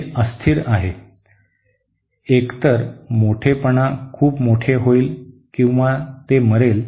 हे अस्थिर आहे एकतर मोठेपणा खूप मोठे होईल किंवा ते मरेल